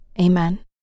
Amen